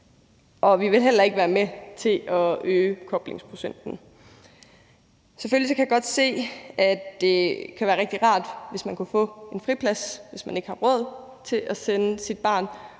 Vi vil heller ikke være med til at øge koblingsprocenten. Selvfølgelig kan jeg godt se, at det kan være rigtig rart, hvis man kan få en friplads, hvis man ikke har råd til at sende sit barn